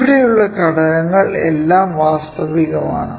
ഇവിടെയുള്ള ഘടകങ്ങൾ എല്ലാം വാസ്തവികം ആണ്